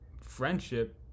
friendship